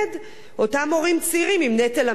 אותם הורים צעירים, עם נטל המסים,